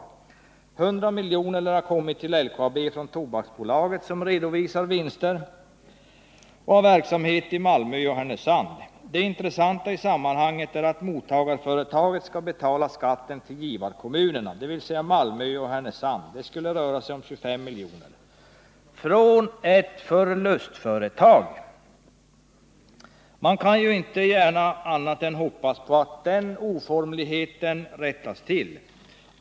100 milj.kr. lär ha kommit till LKAB från Tobaksbolaget, som har sin verksamhet förlagd till Malmö och Härnösand och som redovisar vinster. Det intressanta i sammanhanget är att mottagarföretaget skall betala skatten till givarkommunerna, dvs. i det här fallet till Malmö och Härnösand. Det skulle röra sig om 25 milj.kr. — från ett förlustbolag! Man kan inte gärna hoppas på annat än att denna oformlighet rättas till.